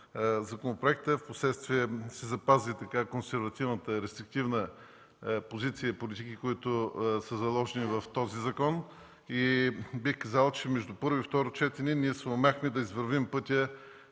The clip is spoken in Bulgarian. законопроекта. Впоследствие се запази консервативната, рестриктивна позиция и политики, които са заложени в този закон. Бих казал, че между първо и второ четене ние съумяхме да извървим пътя,